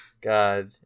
god